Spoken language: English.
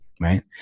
right